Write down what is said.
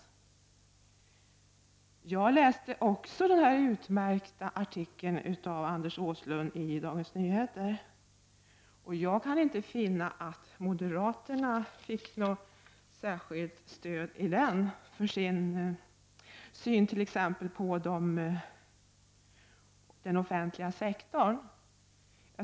Även jag läste den utmärkta artikeln av Anders Åslund i Dagens Nyheter. Jag kan inte finna att moderaterna i den fick något särskilt stöd för exempelvis sin syn på den offentliga sektorn.